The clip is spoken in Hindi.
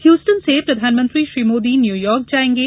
हयूस्टन से प्रधानमंत्री श्री मोदी न्यूयार्क जायेंगे